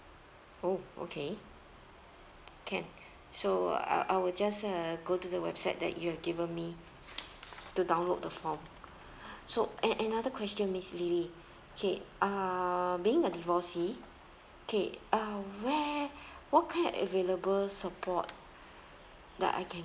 oh okay can so uh I will just uh go to the website that you have given me to download the form so a~ another question miss lily okay uh being a divorcee okay uh where what kind available support that I can